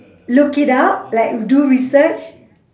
look it up like do research